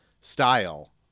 style